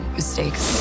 mistakes